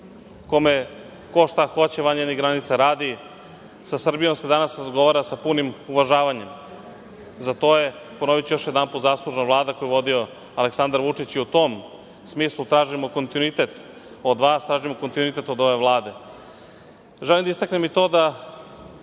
kome ko šta hoće, van njenih granica radi. Sa Srbijom se danas razgovara sa punim uvažavanjem. Za to je zaslužna Vlada koju je vodio Aleksandar Vučić i u tom smislu tražimo kontinuitet od vas. Tražimo kontinuitet od ove Vlade. Želim da istaknem i to da